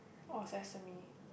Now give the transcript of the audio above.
orh sesame